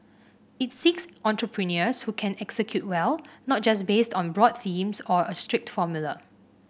it seeks entrepreneurs who can execute well not just based on broad themes or a strict formula